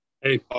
Hey